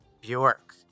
Bjork